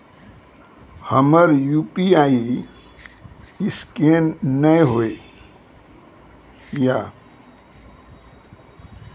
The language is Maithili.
हमर यु.पी.आई ईसकेन नेय हो या?